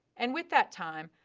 and with that time,